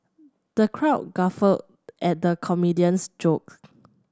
the crowd guffawed at the comedian's joke